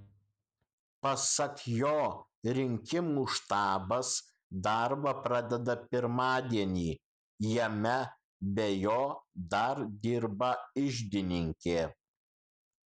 pasak jo rinkimų štabas darbą pradeda pirmadienį jame be jo dar dirba iždininkė